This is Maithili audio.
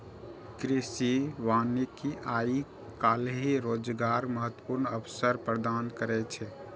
कृषि वानिकी आइ काल्हि रोजगारक महत्वपूर्ण अवसर प्रदान करै छै